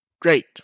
Great